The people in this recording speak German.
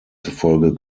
zufolge